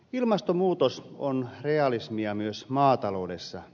ilmastonmuutos on realismia myös maataloudessa